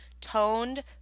toned